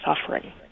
suffering